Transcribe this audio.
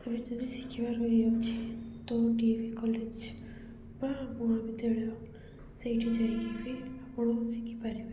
ଆମେ ଯଦି ଶିଖିବା ରହିଯାଉଛି ତ ଡି ଏ ଭି କଲେଜ୍ ବା ମହାବିଦ୍ୟାଳୟ ସେଇଠି ଯାଇକି ବି ଆପଣ ଶିଖିପାରିବେ